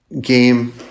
game